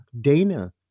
Dana